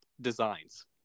designs